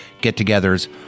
get-togethers